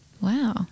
Wow